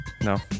No